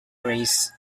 race